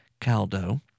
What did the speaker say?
caldo